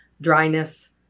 dryness